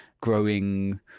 growing